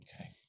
Okay